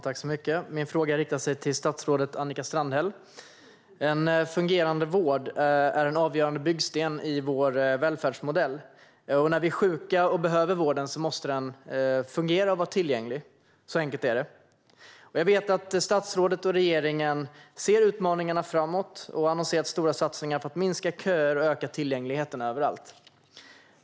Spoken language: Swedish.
Herr talman! Min fråga riktar sig till statsrådet Annika Strandhäll. En fungerande vård är en avgörande byggsten i vår välfärdsmodell. När vi är sjuka och behöver vården måste den fungera och vara tillgänglig; så enkelt är det. Jag vet att statsrådet och regeringen ser utmaningarna framåt och har annonserat stora satsningar på att minska köerna och öka tillgängligheten överallt.